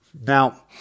Now